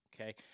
okay